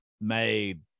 made